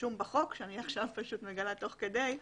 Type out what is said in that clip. שרשום בחוק ואני מגלה תוך כדי.